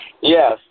Yes